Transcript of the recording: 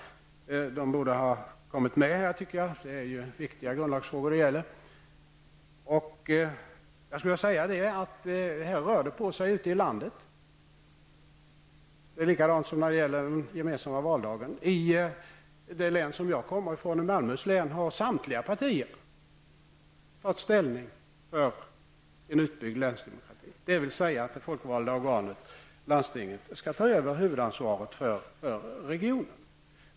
De borde ha kommit med här, tycker jag. Det är ju viktiga grundlagsfrågor det gäller. Jag skulle vilja säga att här rör det på sig ute i landet. Det är likadant som när det gäller den gemensamma valdagen. I det län som jag kommer ifrån, Malmöhus län, har samtliga partier tagit ställning för en utbyggd länsdemokrati, dvs. att det folkvalda organet, landstinget, skall ta över huvudansvaret i regionen.